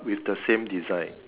with the same design